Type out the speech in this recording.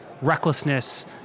recklessness